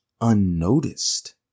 unnoticed